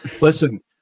Listen